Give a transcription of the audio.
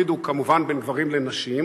הפרידו כמובן בין גברים לנשים.